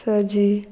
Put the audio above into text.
सजी